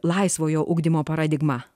laisvojo ugdymo paradigma